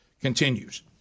continues